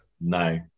no